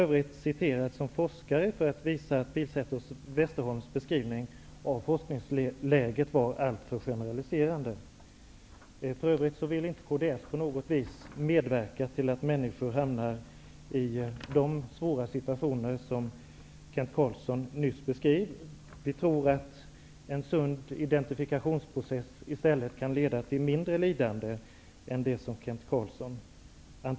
Vidare är han citerad som forskare för att visa att Barbro Westerholms beskrivning av forskningsläget var alltför generaliserande. För övrigt vill Kds inte på något vis medverka till att människor hamnar i de svåra situationer som Kent Carlsson nyss beskrev. Vi tror att en sund identifikationsprocess i stället kan leda till mindre lidande än det som Kent